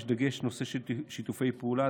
יש דגש נושא על נושא של שיתופי פעולה,